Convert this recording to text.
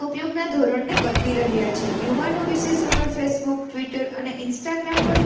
ઉપયોગના ધોરણને બદલી રહ્યા છે યુવાનો વિશેષ રૂપે ફેસબુક ટ્વિટર અને ઇન્સ્ટાગ્રામ પર